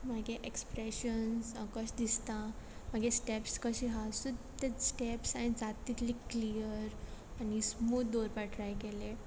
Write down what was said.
म्हागे एक्सप्रेशन हांव कशें दिसतां म्हागे स्टेप्स कशें आसा सो ते स्टेप्स हांयें जाता तितलें क्लियर आनी स्मूत दवरपा ट्राय केलें